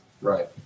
Right